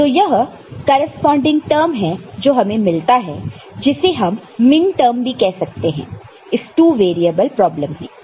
तो यह corresponding term है जो हमें मिलता है जिसे हम मिनटर्म भी कहते हैं इस टू वेरिएबल प्रॉब्लम में